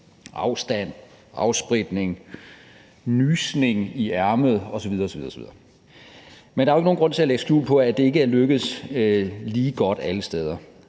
afstand, afspritning, at nyse i ærmet osv. osv. Men der er jo ikke nogen grund til at lægge skjul på, at det ikke er lykkedes lige godt alle steder.